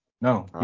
No